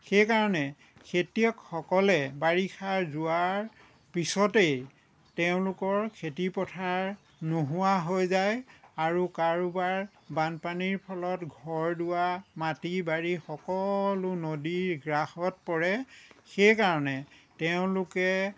সেইকাৰণে খেতিয়কসকলে বাৰিষা যোৱাৰ পিছতেই তেওঁলোকৰ খেতি পথাৰ নোহোৱা হৈ যায় আৰু কাৰোবাৰ বানপানীৰ ফলত ঘৰ দোৱাৰ মাটি বাৰী সকলো নদী গ্ৰাসত পৰে সেইকাৰণে তেওঁলোকে